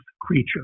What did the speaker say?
creature